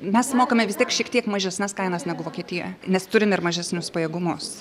mes mokame vis tiek šiek tiek mažesnes kainas negu vokietija nes turim ir mažesnius pajėgumus